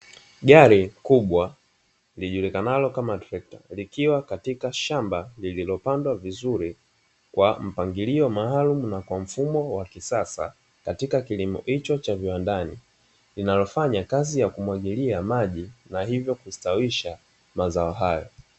Gari kubwa lijulikanalo kama trekta, likiwa katika shamba lililopandwa vizuri kwa mpangilio maalumu na kwa mfumo wa kisasa, katika kilimo hicho cha kiwandani linalofanya kazi ya kumwagilia maji na hivyo kustawisha mazao hayo.